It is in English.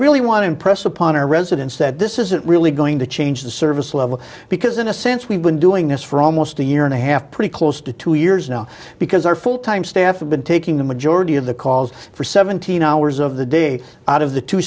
really want to impress upon our residents that this isn't really going to change the service level because in a sense we've been doing this for almost a year and a half pretty close to two years now because our full time staff have been taking the majority of the calls for seventeen hours of the day out of the two